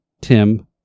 Tim